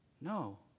No